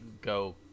go